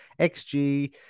XG